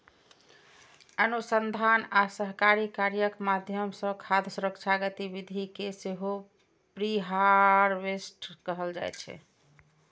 अनुसंधान आ सहकारी कार्यक माध्यम सं खाद्य सुरक्षा गतिविधि कें सेहो प्रीहार्वेस्ट कहल जाइ छै